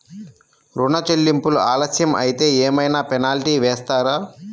ఋణ చెల్లింపులు ఆలస్యం అయితే ఏమైన పెనాల్టీ వేస్తారా?